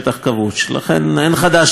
לכן אין חדש תחת השמש.